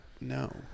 No